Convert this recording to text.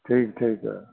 ਠੀਕ ਠੀਕ ਹੈ